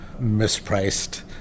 mispriced